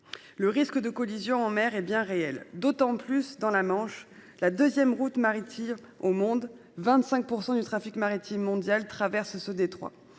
Le risque de collision en mer est bien réel, surtout dans la Manche, deuxième route maritime au monde. En effet, 25 % du trafic maritime mondial traverse ce détroit.